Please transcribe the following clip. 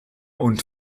und